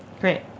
Great